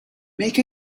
make